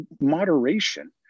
moderation